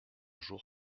jour